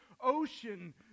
ocean